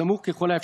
מהמקום, סליחה.